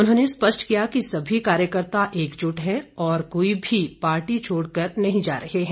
उन्होंने स्पष्ट किया कि सभी कार्यकर्त्ता एकजुट हैं और कोई भी पार्टी छोड़कर नहीं जा रहे हैं